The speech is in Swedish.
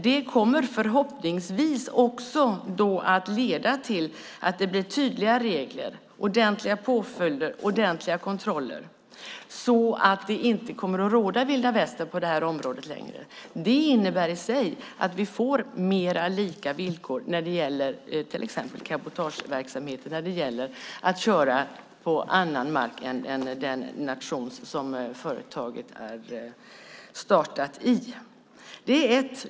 Det kommer förhoppningsvis att leda till att det blir tydliga regler, ordentliga påföljder och ordentliga kontroller så att det inte kommer att råda vilda västern på det här området längre. Det innebär i sig att vi får mer lika villkor när det gäller till exempel cabotageverksamheten, att köra på annan mark än i den nation som företaget är startat i. Det är ett.